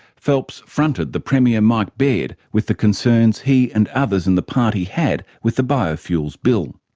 phelps fronted the premier mike baird with the concerns he and others in the party had with the biofuels bill.